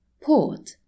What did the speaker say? Port